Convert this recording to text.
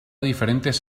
diferentes